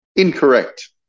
Incorrect